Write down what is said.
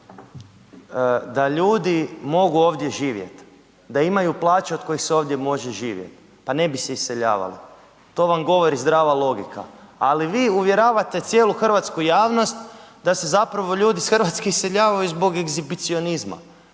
Da ljudi mogu ovdje živjet, da imaju plaće od kojih se ovdje može živjet, pa ne bi se iseljavali, to vam govori zdrava logika, ali vi uvjeravate cijelu hrvatsku javnost da se zapravo ljudi iz Hrvatske iseljavaju zbog egzibicionizma,